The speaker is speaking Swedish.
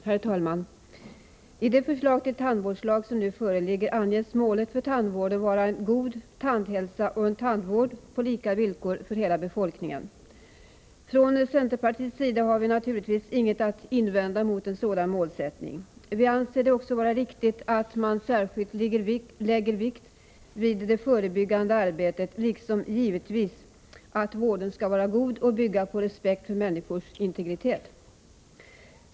Herr talman! I det förslag till tandvårdslag som nu föreligger anges målet för tandvården vara en god tandhälsa och en tandvård på lika villkor för hela befolkningen. Från centerpartiets sida har vi naturligtvis ingenting att invända mot en sådan målsättning. Vi anser det också vara riktigt att man särskilt lägger vikt vid det förebyggande arbetet, liksom givetvis att vården skall vara god och bygga på respekt för människors integritet.